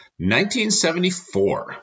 1974